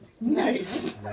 nice